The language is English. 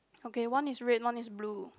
okay one is red one is blue